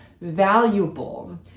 valuable